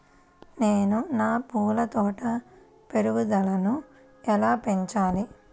నేను నా పూల తోట పెరుగుదలను ఎలా పెంచాలి?